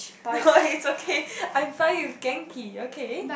no it's okay I'm fine with Genki okay